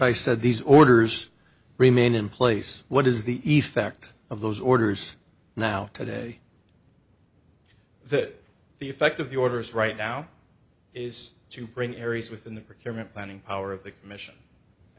i said these orders remain in place what is the effect of those orders now today that the effect of the orders right now is to bring areas within the procurement planning power of the commission i